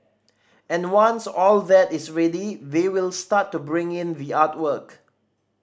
and once all that is ready they will start to bring in the artwork